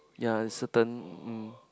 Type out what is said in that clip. ya is certain um